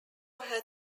had